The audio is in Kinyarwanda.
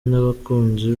n’abakunzi